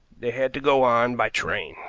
they had to go on by train.